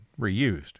reused